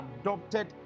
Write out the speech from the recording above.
adopted